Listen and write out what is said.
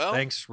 Thanks